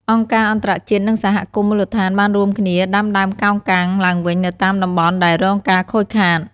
អង្គការអន្តរជាតិនិងសហគមន៍មូលដ្ឋានបានរួមគ្នាដាំដើមកោងកាងឡើងវិញនៅតាមតំបន់ដែលរងការខូចខាត។